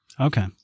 Okay